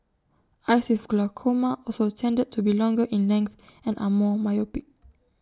eyes with glaucoma also tended to be longer in length and are more myopic